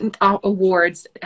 awards